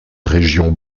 région